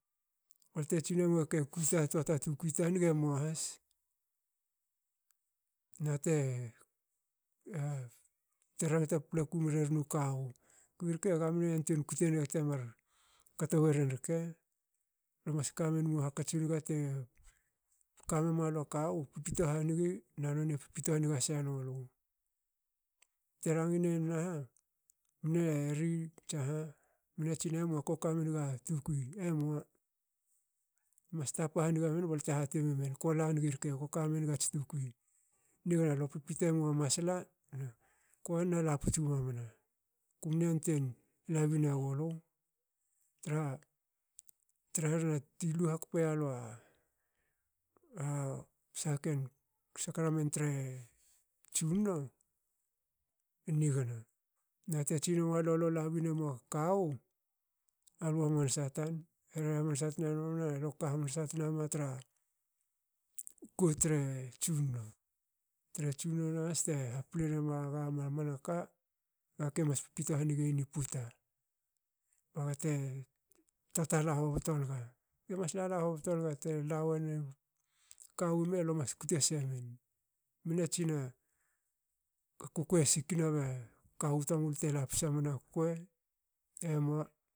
Balte tsin emu ke kui ta toa ta tukui ta nge emna has. na te rangta paplaku mreren u kawu kbi rke ga mne yantuein kte nga temar kto weren rke. Le mas ka memu hakats nge te kamemalu a kawu pipto hangi na nonie pipito hange se nulu. Te rangin enen aha. mne ri tsaha. mne tsin mua ko kamenga tukui. emua. mas tapa hange memen kola ngi rke ko kamengats tukui. nigna lo pipite mua masla. ku banie na pauts gmamana. Kumne yantuein labin egulu traha tra herena ti lu hakpi ya saha ken sakramen tre tsunno. e nigna. na te tsine malu lue labine mua kawu. alu hamansa tan. hre hamansa tnane lo kama tra kot tre tsunno. Tsunno nahas te haple nama ga mamanaka ga ke mas pipito hanigi yen i puta baga te tatala hobto naga. ge mas lala hobto naga tela wena kawu ime lo mas kute semen. Mne tsina a kukuei e sikne ba kawu tamulu te lapsa mna kuei emua